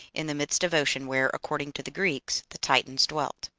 in the midst of ocean, where, according to the greeks, the titans dwelt.